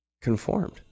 conformed